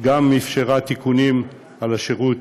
גם אפשרה תיקונים של השירות